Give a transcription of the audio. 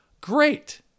great